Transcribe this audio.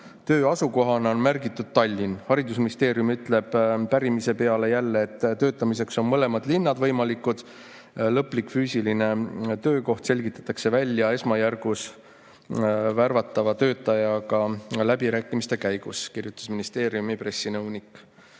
töö asukohana on märgitud Tallinn. Haridusministeerium ütleb pärimise peale jälle, et töötamiseks on mõlemad linnad võimalikud "Lõplik füüsiline töökoht selgitatakse välja esmajärgus värvatava töötajaga läbirääkimiste käigus,"" kirjutas ministeeriumi pressinõunik